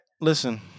Listen